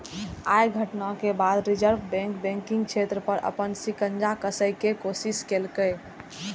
अय घटना के बाद रिजर्व बैंक बैंकिंग क्षेत्र पर अपन शिकंजा कसै के कोशिश केलकै